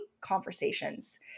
conversations